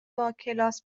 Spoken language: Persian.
باکلاس